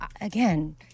again